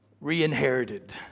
re-inherited